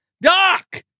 Doc